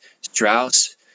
Strauss